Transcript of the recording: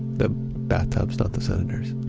the bathtubs, not the senators.